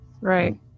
right